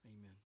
Amen